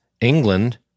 England